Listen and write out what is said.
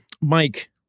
Mike